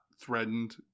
threatened